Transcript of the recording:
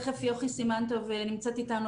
יוכי סימן טוב נמצאת איתנו,